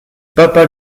papa